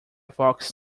fox